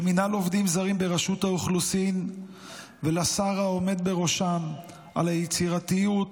למינהל עובדים זרים ברשות האוכלוסין ולשר העומד בראשם על היצירתיות,